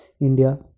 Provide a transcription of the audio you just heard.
India